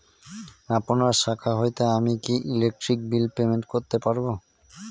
আপনার শাখা হইতে আমি কি ইলেকট্রিক বিল পেমেন্ট করতে পারব?